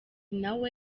nawe